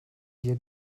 wir